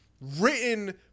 written